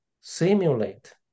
simulate